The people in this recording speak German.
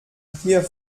hier